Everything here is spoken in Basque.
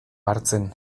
hartzen